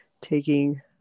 taking